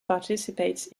participates